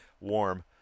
warm